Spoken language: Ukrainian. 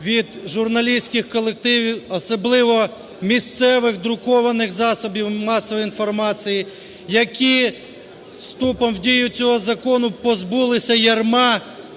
від журналістських колективів, особливо місцевих друкованих засобів масової інформації, які із вступом в дію цього закону позбулися ярма,